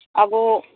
ᱟᱵᱚ